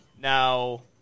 Now